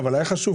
היה חשוב,